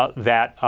ah that,